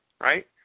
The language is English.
right